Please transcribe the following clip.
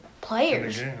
players